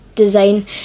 Design